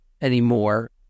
anymore